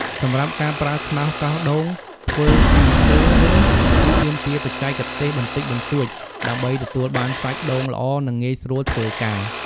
សម្រាប់ការប្រើខ្នោសកោសដូងធ្វើពីឈើវិញគឺទាមទារបច្ចេកទេសបន្តិចបន្តួច ដើម្បីទទួលបានសាច់ដូងល្អ និងងាយស្រួលធ្វើការ។